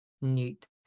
Neat